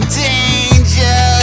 danger